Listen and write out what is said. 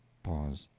pause.